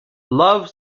love